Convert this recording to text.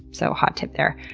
so, hot tip there.